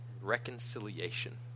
Reconciliation